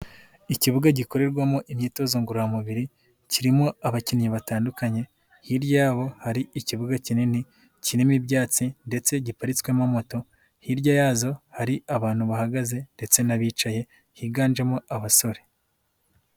Ikibuga gikorerwamo imyitozo ngororamubiri, kirimo abakinnyi batandukanye hirya yabo hari ikibuga kinini kirimo ibyatsi ndetse giparitswemo moto, hirya yazo hari abantu bahagaze ndetse n'abicaye higanjemo abasore.